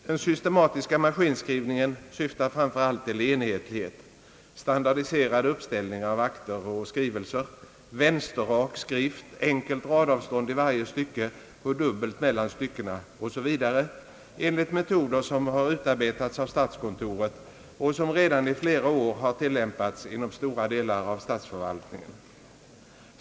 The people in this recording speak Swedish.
Den systematiska maskinskrivningen syftar framför allt till enhetlighet — standardiserad uppställning av akter och skrivelser, vänsterrak skrift, enkelt radavstånd i varje stycke och dubbelt mellan styckena osv. — enligt metoder som har utarbetats av statskontoret och som redan i flera år har tillämpats inom stora delar av statsförvaltningen.